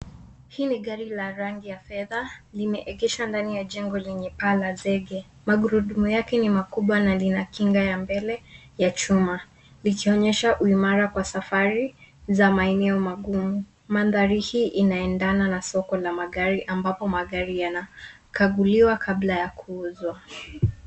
Hii ni gari la rangi ya fedha. Limeegeshwa ndani ya jengo lenye paa la zege. Magurudumu yake ni makubwa na lina kinga ya mbele ya chuma likionyesha uimara kwa safari za maeneo magumu. Mandhari hii inaendana na soko ya magari ambapo magari yanakaguliwa kabla ya kuuzwa.